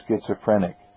Schizophrenic